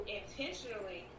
intentionally